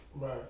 Right